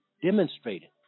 demonstrated